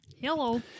Hello